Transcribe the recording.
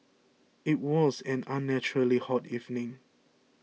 it was an unnaturally hot evening